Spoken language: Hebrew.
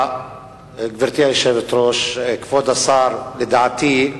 גברתי היושבת-ראש, כבוד השר, לדעתי,